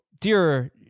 dear